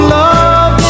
love